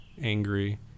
angry